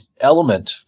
element